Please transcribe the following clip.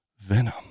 Venom